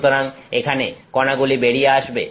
সুতরাং এখানে কণাগুলি বেরিয়ে আসবে